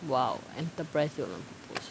!wow!